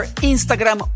Instagram